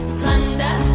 plunder